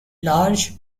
large